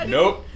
Nope